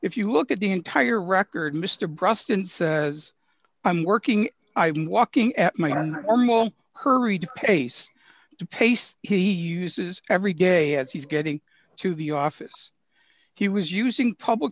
if you look at the entire record mr brust and says i'm working i've been walking at my one or more hurried pace to pace he uses every day as he's getting to the office he was using public